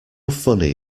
funny